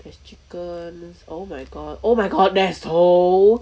there's chickens oh my god oh my god that's so